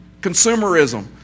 consumerism